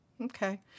Okay